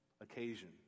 occasion